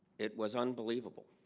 it was unbelievable.